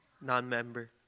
non-member